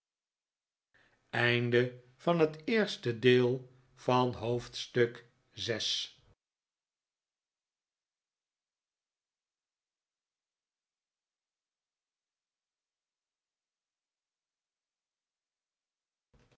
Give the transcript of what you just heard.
oosten van het westen van het